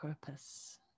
purpose